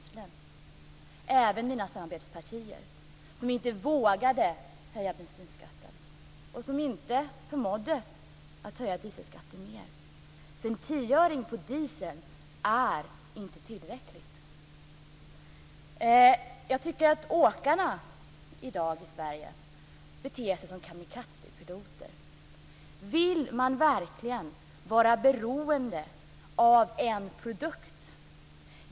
Det gäller även mina samarbetspartier som inte vågade höja bensinskatten och som inte förmådde att höja dieselskatten mer, för en tioöring på dieseln är inte tillräckligt. Jag tycker att åkarna i Sverige i dag beter sig som kamikazepiloter. Vill man verkligen vara beroende av en produkt?